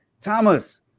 Thomas